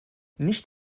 nicht